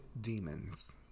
demons